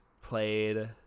played